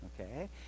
Okay